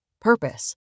purpose